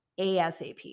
ASAP